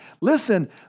Listen